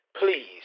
Please